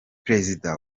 prezida